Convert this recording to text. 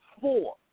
four